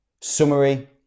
summary